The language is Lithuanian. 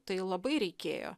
tai labai reikėjo